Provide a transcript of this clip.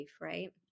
right